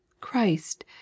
CHRIST